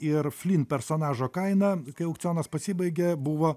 ir flyn personažo kaina kai aukcionas pasibaigė buvo